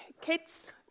kids